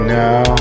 now